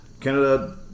Canada